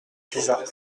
cuisiat